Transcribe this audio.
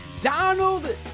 Donald